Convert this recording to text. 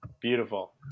beautiful